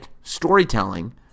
storytelling